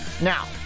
now